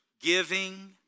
Giving